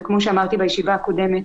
וכמו שאמרתי בישיבה הקודמת,